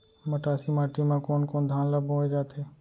मटासी माटी मा कोन कोन धान ला बोये जाथे?